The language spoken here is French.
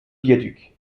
viaduc